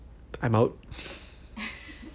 I'm out